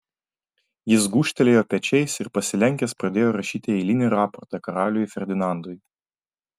jis gūžtelėjo pečiais ir pasilenkęs pradėjo rašyti eilinį raportą karaliui ferdinandui